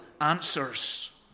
answers